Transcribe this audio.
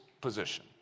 position